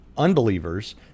unbelievers